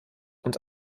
und